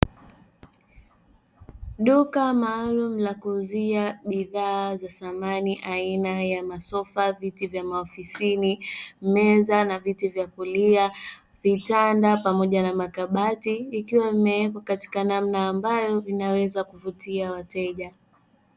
Duka maalumu la kuuzia bidhaa za samani, aina ya masofa, viti vya maofisini, meza na viti vya kulia, vitanda pamoja na makabati, vikiwa vimewekwa katika namna ambayo vinaweza kuvutia wateja.